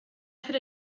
hacer